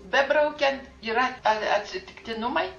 bebraukiant yra atsitiktinumai